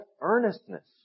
earnestness